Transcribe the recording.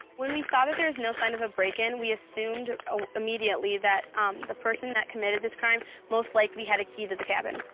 when we saw that there's no sign of a break-in, we assumed immediately that the person that committed this crime most likely had a key to the cabin.